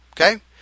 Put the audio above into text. Okay